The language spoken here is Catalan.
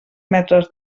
metres